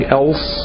else